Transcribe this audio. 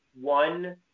one